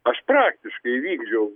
aš praktiškai įvykdžiau